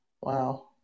Wow